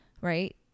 right